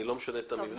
אני לא משנה את המבנה.